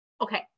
okay